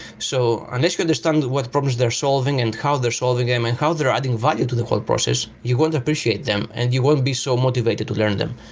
so unless you understand what problems they're solving and how they're solving them and how they're adding value to the whole process, you won't appreciate them and you won't be so motivated to learn them.